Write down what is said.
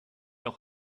auch